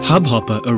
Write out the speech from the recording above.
Hubhopper